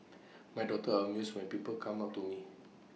my daughters are amused my people come up to me